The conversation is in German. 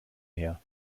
her